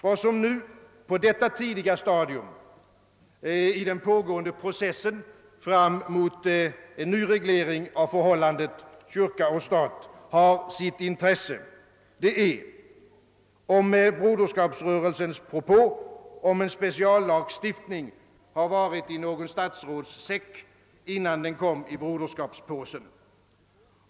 Vad som nu på detta tidiga stadium i den pågående processen fram mot en ny reglering av förhållandet kyrka—stat har sitt intresse, är om Broderskapsrörelsens propå om en speciallagstiftning har varit i någon statsrådssäck, innan den kom i broderskapspåsen.